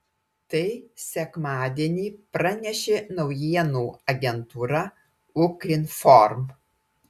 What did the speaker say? tai sekmadienį pranešė naujienų agentūra ukrinform